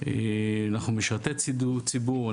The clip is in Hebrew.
אנחנו משרתי ציבור.